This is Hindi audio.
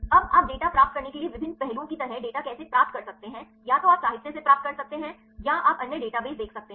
अब आप डेटा प्राप्त करने के लिए विभिन्न पहलुओं की तरह डेटा कैसे प्राप्त कर सकते हैं या तो आप साहित्य से प्राप्त कर सकते हैं या आप अन्य डेटाबेस देख सकते हैं